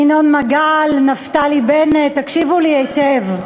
ינון מגל, נפתלי בנט, תקשיבו לי היטב.